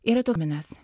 yra tuminas